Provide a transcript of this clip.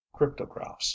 cryptographs